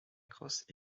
crosse